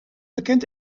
bekend